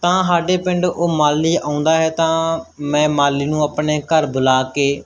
ਤਾਂ ਸਾਡੇ ਪਿੰਡ ਉਹ ਮਾਲੀ ਆਉਂਦਾ ਹੈ ਤਾਂ ਮੈਂ ਮਾਲੀ ਨੂੰ ਆਪਣੇ ਘਰ ਬੁਲਾ ਕੇ